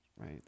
right